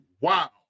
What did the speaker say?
wow